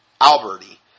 Alberti